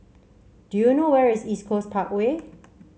do you know where is East Coast Parkway